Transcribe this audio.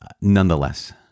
Nonetheless